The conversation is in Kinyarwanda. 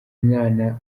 mwana